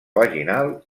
vaginal